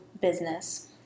business